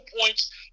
points